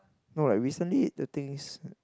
alright recently the thing is